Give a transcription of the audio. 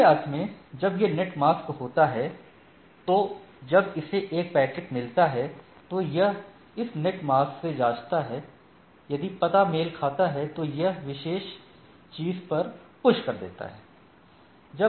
दूसरे अर्थ में जब यह नेट मास्क होता है तो जब इसे एक पैकेट मिलता है तो यह इस नेट मास्क से जांचता है यदि पता मेल खाता है तो यह उस विशेष चीज़ पर पुश कर देता है